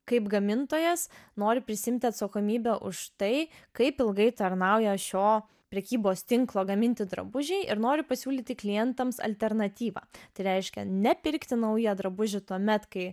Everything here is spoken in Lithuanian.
kaip gamintojas nori prisiimti atsakomybę už tai kaip ilgai tarnauja šio prekybos tinklo gaminti drabužiai ir nori pasiūlyti klientams alternatyvą tai reiškia nepirkti naujų drabužių tuomet kai